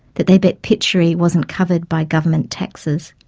that they bet pituri wasn't covered by government taxes.